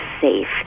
safe